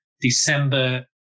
December